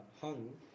hung